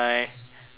ten